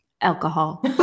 Alcohol